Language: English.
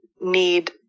need